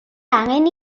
angen